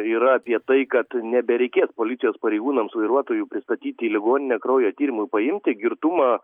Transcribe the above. yra apie tai kad nebereikės policijos pareigūnams vairuotojų pristatyti į ligoninę kraujo tyrimui paimti girtumą